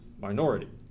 minority